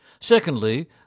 Secondly